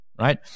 right